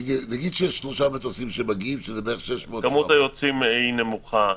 כמות היוצאים היא נמוכה,